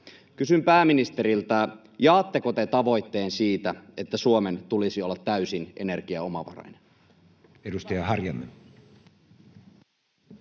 Kysyn pääministeriltä: jaatteko te sen tavoitteen, että Suomen tulisi olla täysin energiaomavarainen?